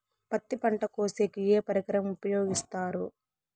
పత్తి పంట కోసేకి ఏ పరికరం ఉపయోగిస్తారు?